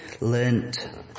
Learned